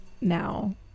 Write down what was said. now